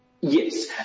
Yes